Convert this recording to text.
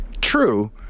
True